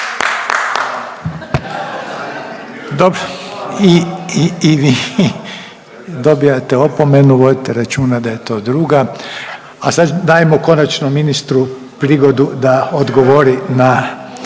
i, i, i vi dobijate opomenu, vodite računa da je to druga, a sad dajemo konačno ministru prigodu da odgovori na